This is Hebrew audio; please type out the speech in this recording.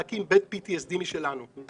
להקים בית פי-טי-אס-די משלנו,